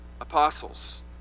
apostles